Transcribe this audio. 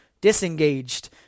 disengaged